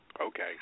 Okay